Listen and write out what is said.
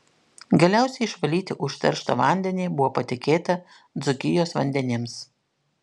galiausiai išvalyti užterštą vandenį buvo patikėta dzūkijos vandenims